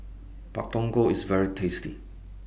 Pak Thong Ko IS very tasty